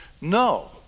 No